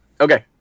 okay